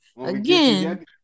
again